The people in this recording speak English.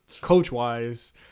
coach-wise